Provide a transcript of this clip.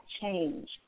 change